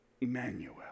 Emmanuel